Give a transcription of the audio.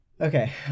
Okay